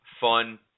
fun